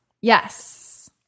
Yes